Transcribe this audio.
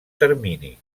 termini